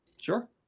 Sure